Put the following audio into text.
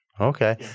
Okay